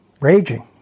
raging